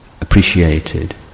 appreciated